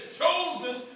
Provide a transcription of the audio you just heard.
chosen